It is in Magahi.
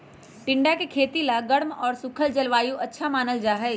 टिंडा के खेती ला गर्म और सूखल जलवायु अच्छा मानल जाहई